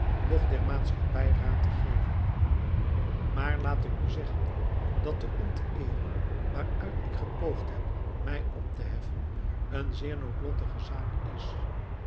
noch der maatschappij raad te geven maar laat ik u zeggen dat de onteering waaruit ik gepoogd heb mij op te heffen een zeer noodlottige zaak is